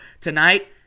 Tonight